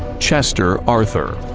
chester arthur